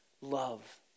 Love